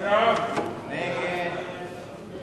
ההצעה להסיר מסדר-היום את